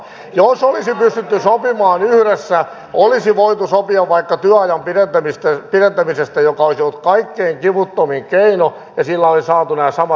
jos olisi pystytty sopimaan yhdessä olisi voitu sopia vaikka työajan pidentämisestä joka olisi ollut kaikkein kivuttomin keino ja sillä olisi saatu nämä samat ratkaisut aikaan